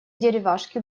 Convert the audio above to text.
деревяшки